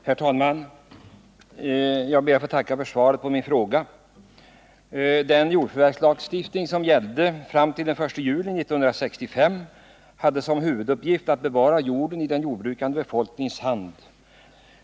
Herr talman! Jag ber att få tacka för svaret på min fråga. Den jordförvärvslagstiftning som gällde fram till den 1 juli 1965 hade som huvuduppgift att bevara jorden i den jordbrukande befolkningens hand.